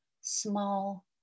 small